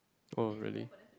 oh really